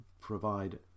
provide